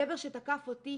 הגבר שתקף אותי